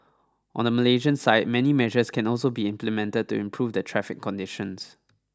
on the Malaysian side many measures can also be implemented to improve the traffic conditions